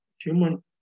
human